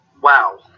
wow